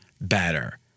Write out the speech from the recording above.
better